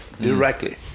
directly